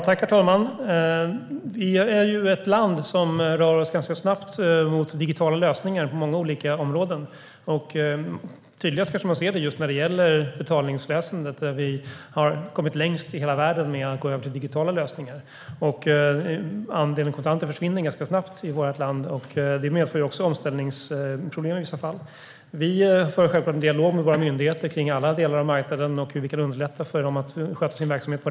Herr talman! Vi är ett land som ganska snabbt rör sig mot digitala lösningar på många olika områden. Tydligast kanske man ser det när det gäller betalningsväsendet, där vi har kommit längst i hela världen med att gå över till digitala lösningar. Andelen kontanter minskar snabbt i vårt land. Det medför omställningsproblem i vissa fall. Vi för självklart en dialog med våra myndigheter om alla delar av marknaden och hur vi kan underlätta för dem att sköta sin verksamhet.